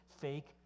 fake